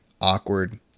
awkward